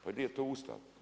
Pa di je tu Ustav?